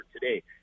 today